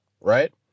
right